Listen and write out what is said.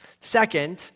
Second